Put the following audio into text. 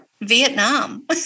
Vietnam